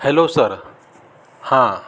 hello sir हां